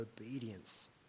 obedience